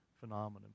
phenomenon